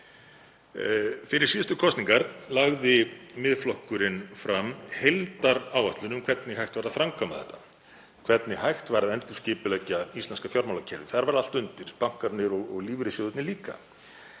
Fyrir síðustu kosningar lagði Miðflokkurinn fram heildaráætlun um hvernig hægt væri að framkvæma þetta, hvernig hægt væri að endurskipuleggja íslenska fjármálakerfið. Þar var allt undir, bankarnir og lífeyrissjóðirnir líka.